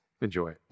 enjoy